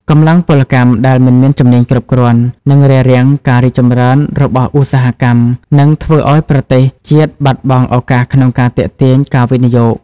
កម្លាំងពលកម្មដែលមិនមានជំនាញគ្រប់គ្រាន់នឹងរារាំងការរីកចម្រើនរបស់ឧស្សាហកម្ម និងធ្វើឱ្យប្រទេសជាតិបាត់បង់ឱកាសក្នុងការទាក់ទាញការវិនិយោគ។